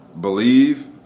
believe